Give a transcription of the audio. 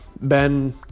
Ben